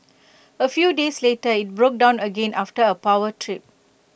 A few days later IT broke down again after A power too